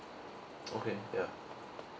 okay ya